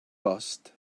bost